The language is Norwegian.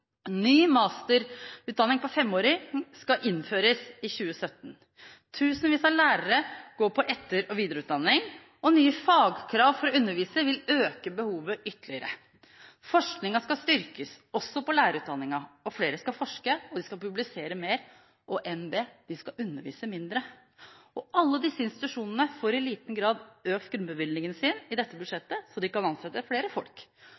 Ny 5-årig masterutdanning skal innføres i 2017. Tusenvis av lærere går på etter- og videreutdanning, og nye fagkrav for å kunne undervise vil øke behovet ytterligere. Forskningen skal styrkes, også på 1ærerutdanningen, flere skal forske og publisere mer, og NB: De skal undervise mindre. Alle disse institusjonene får i liten grad økt grunnbevilgningen sin i dette budsjettet, så de kan ansette flere folk.